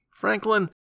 Franklin